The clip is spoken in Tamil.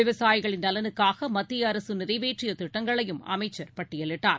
விவசாயிகளின் நலனுக்காகமத்தியஅரசுநிறைவேற்றியதிட்டங்களையும் அமைச்சர் பட்டியலிட்டார்